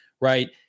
right